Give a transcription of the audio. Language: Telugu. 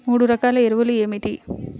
మూడు రకాల ఎరువులు ఏమిటి?